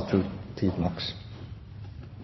og sine, har